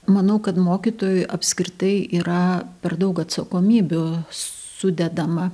manau kad mokytojui apskritai yra per daug atsakomybių sudedama